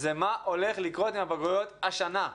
זה מה הולך לקרות עם הבגרויות השנה,